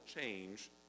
change